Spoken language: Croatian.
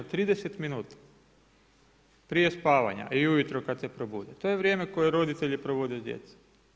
30 minuta, prije spavanja i ujutro kada se probude, to je vrijeme koje roditelji provode s djecom.